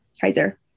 Kaiser